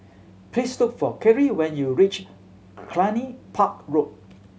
please look for Khiry when you reach Cluny Park Road